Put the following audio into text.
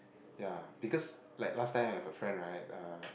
yeah because like last time I have a friend right uh